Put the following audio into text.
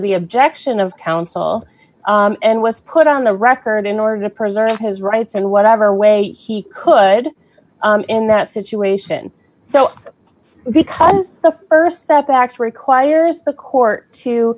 the objection of counsel and was put on the record in order to preserve his rights and whatever way he could in that situation so because the st that act requires the court to